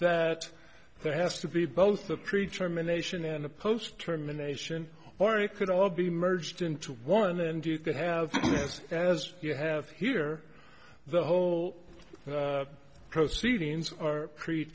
that there has to be both the preacherman ation and the post determination or it could all be merged into one and you can have just as you have here the whole proceedings or cre